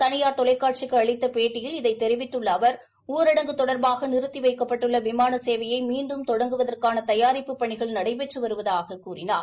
தளியார் தொலைக்காட்சிக்கு அளித்த பேட்டியில் இதைத் தெரிவித்துள்ள அவர் ஊரடங்கு தொடர்பாக நிறுத்தி வைக்கப்பட்டுள்ள விமான சேவையை மீண்டும் தொடங்குவதற்கான தயாரிப்புப் பணிகள் நடைபெற்று வருவதாக கூறினார்